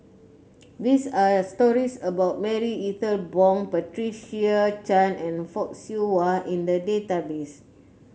there are stories about Marie Ethel Bong Patricia Chan and Fock Siew Wah in the database